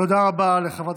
תודה רבה לחברת